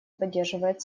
поддерживает